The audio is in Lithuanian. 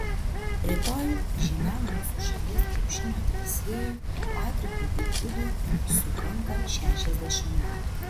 rytoj žymiam mūsų šalies krepšinio teisėjui patrikui buivydui sukanka šešiasdešimt metų